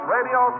Radio